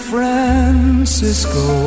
Francisco